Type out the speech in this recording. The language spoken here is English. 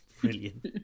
Brilliant